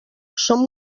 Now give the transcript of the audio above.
som